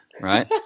right